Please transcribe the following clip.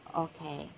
okay